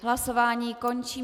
Hlasování končím.